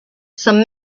some